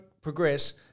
progress